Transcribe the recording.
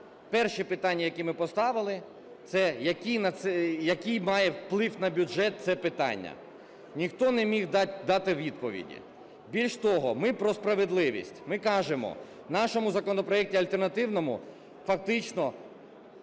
перше питання, які ми поставили: це який має вплив на бюджет це питання? Ніхто не міг дати відповіді. Більше того, ми про справедливість. Ми кажемо: в нашому законопроекті альтернативному фактично